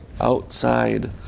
outside